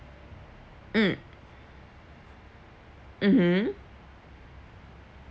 mm mmhmm